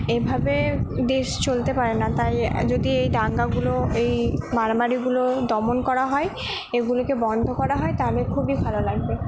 এইভাবে দেশ চলতে পারে না তাই যদি এই দাঙ্গাগুলো এই মারামারিগুলো দমন করা হয় এগুলোকে বন্ধ করা হয় তাহলে খুবই ভাল লাগবে